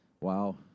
wow